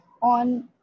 on